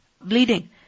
bleeding